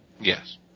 Yes